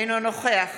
אינו נוכח